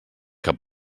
que